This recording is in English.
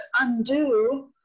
undo